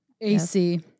AC